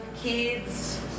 kids